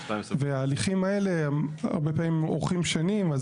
וההליכים האלה הרבה פעמים אורכים שנים.